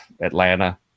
Atlanta